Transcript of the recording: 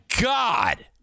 God